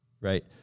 right